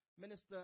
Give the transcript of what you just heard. minister